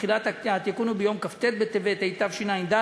תחילת התיקון היא ביום כ"ט בטבת התשע"ד,